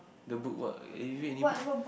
the book what do you read any book